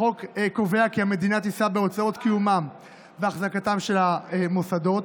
החוק קובע כי המדינה תישא בהוצאות קיומם ואחזקתם של המוסדות.